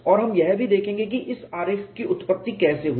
और हम यह भी देखेंगे कि इस आरेख की उत्पत्ति कैसे हुई